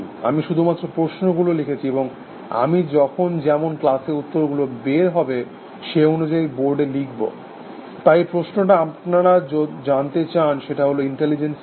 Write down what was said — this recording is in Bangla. আমি শুধুমাত্র প্রশ্নগুলো লিখেছি এবং আমি যখন যেমন ক্লাসে উত্তরগুলো বের হবে সেই অনুযায়ী বোর্ডে লিখব তাই যে প্রশ্নটা আপনারা জানতে চান সেটা হল ইন্টেলিজেন্স কি